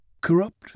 corrupt